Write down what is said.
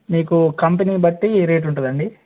మీకు కంపెనీ బట్టి రేట్ ఉంటుందండి